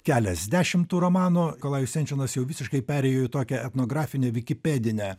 keliasdešimt tų romanų nikolajus senčinas jau visiškai perėjo į tokią etnografinę vikipedinę